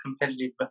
competitive